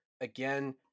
again